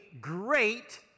great